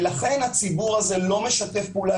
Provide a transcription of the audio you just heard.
לכן הציבור הזה לא משתף פעולה.